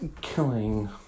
Killing